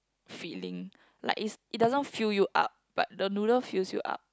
filling like it's it doesn't fill you up but the noodle fills you up